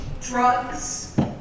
drugs